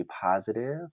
positive